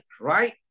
right